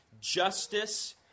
justice